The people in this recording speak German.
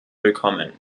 willkommen